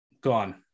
gone